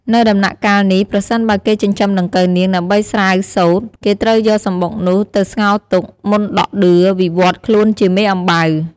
នៅដំណាក់កាលនេះ ប្រសិនបើគេចិញ្ចឹមដង្កូវនាង ដើម្បីស្រាវសូត្រ គេត្រូវយកសំបុកនោះទៅស្ងោរទុក មុនដក់ដឿ វិវត្តន៍ខ្លួនជាមេអំបៅ។